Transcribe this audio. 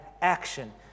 action